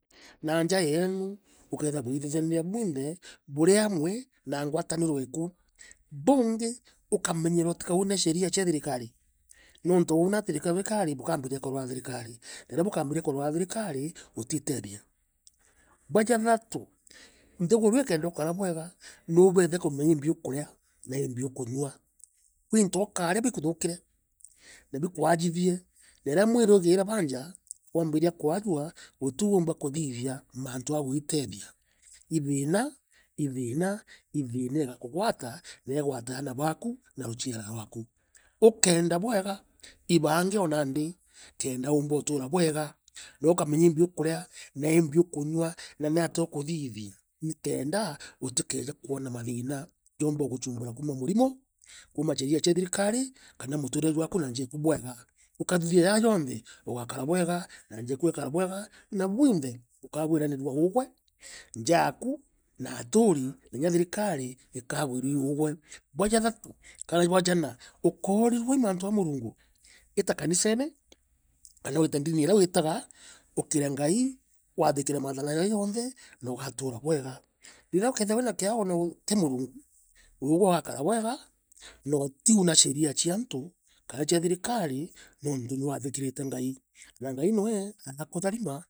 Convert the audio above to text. Na njaa yeenu, bukeethirwa bwitejaniria bwinthe buri aamwe na ngwataniro eku. Buungi. ukamenyera utikaune sheria cia thirikari, nontu wauna bukambiria kurwa na thirikari, na riria ukambiria kurwa na thirikari utiitethia. Bwa jathatu, nthiguru ii kenda ukara bwega. nubuite kumenya iimbi ukurea na imbi ukunywa. Kwi into ukaria bikuthukire na bikwajithie na riria mwiri ugiire banja, waambiria kwajua, utiu uumba kuthithia mantu ja gwitethia, i thiina. i thiina. i thiina ikakugwata, na igwate aana baku na ruciara rwaku. Ukeenda bwega, ibaange o nandi. kenda uumba utura bwega. Na ukamenya iimbi ukurea na imbi ukunywa na natia ukuthithia nikenda utikeje kwona mathina joomba uguchumbura kuuma murimo, kuuma sheria cia thirikari kana muturire jwaku na njaa eku bwega. Ukathithia jaa jonthe, ugakara bwega na nja eku ikarea bwega na bwinthe, bukagwiranirua uugwe, nja yaku, na aturi na inya thirikari ikagwirua i uugwe. Bwa jathatu, kana i bwa jana, ukoorirua i mantu ja Murungu, ita kanisene, kana wite ndini iria wiitaga, ukire Ngai, waathikire maathana jawe jonthe na ugatura bwega. Riria ukethirwa wina kiao kia Murungu, uugwe ugakara bwega na utiuna sheria cia aantu ka cia thirikari. nontu ni waathikirite ngai, na ngai noe, aakutharima.